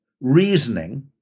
reasoning